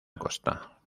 costa